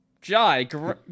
Jai